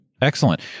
Excellent